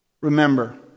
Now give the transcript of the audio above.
remember